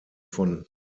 von